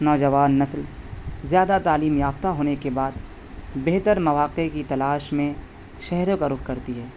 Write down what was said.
نوجوان نسل زیادہ تعلیم یافتہ ہونے کے بعد بہتر مواقع کی تلاش میں شہرو کا رخ کرتی ہے